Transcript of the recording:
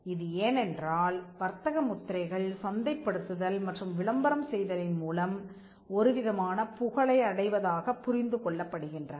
இது ஏனென்றால் வர்த்தக முத்திரைகள் சந்தைப்படுத்துதல் மற்றும் விளம்பரம் செய்தலின் மூலம் ஒருவிதமான புகழை அடைவதாகப் புரிந்து கொள்ளப்படுகின்றன